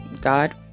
god